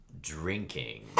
drinking